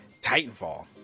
titanfall